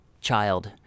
child